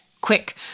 quick